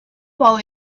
while